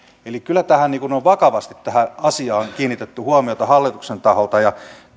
eli kyllä tähän asiaan vakavasti on nyt kiinnitetty huomiota hallituksen taholta ja